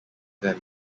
them